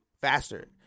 faster